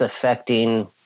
affecting